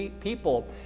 people